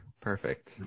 Perfect